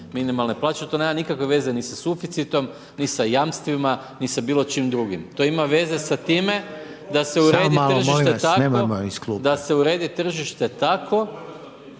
minimalne plaće, to nema nikakve veze ni sa suficitom ni sa jamstvima ni sam bilo čim drugim, to ima veze sa time… …/Upadica sa